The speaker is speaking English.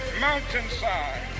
mountainside